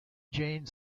jane